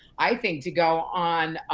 i think, to go on